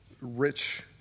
Rich